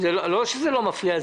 לא שזה לא מפריע.